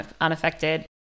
unaffected